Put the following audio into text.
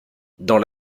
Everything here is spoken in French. dans